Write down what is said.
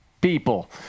people